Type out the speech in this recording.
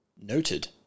noted